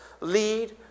lead